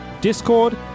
Discord